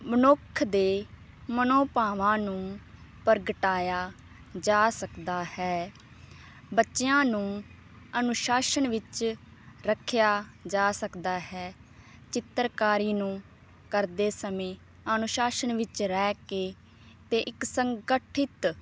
ਮਨੁੱਖ ਦੇ ਮਨੋਭਾਵਾਂ ਨੂੰ ਪ੍ਰਗਟਾਇਆ ਜਾ ਸਕਦਾ ਹੈ ਬੱਚਿਆਂ ਨੂੰ ਅਨੁਸ਼ਾਸ਼ਨ ਵਿੱਚ ਰੱਖਿਆ ਜਾ ਸਕਦਾ ਹੈ ਚਿੱਤਰਕਾਰੀ ਨੂੰ ਕਰਦੇ ਸਮੇਂ ਅਨੁਸ਼ਾਸ਼ਨ ਵਿੱਚ ਰਹਿ ਕੇ ਅਤੇ ਇੱਕ ਸੰਗਠਿਤ